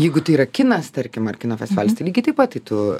jeigu tai yra kinas tarkim ar kino festivalis lygiai taip pat tai tu